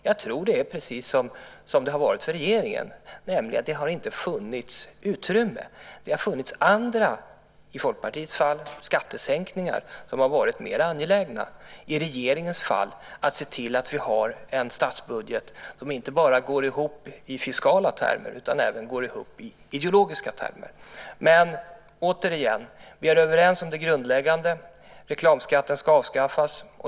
Jag tror att det är precis som det har varit för regeringen, nämligen att det inte funnits utrymme. Det har varit andra, i Folkpartiets fall, skattesänkningar som har varit mer angelägna. I regeringens fall har det varit att se till att vi har en statsbudget som går ihop inte bara i fiskala termer utan även i ideologiska termer. Återigen: Vi är överens om det grundläggande, att reklamskatten ska avskaffas.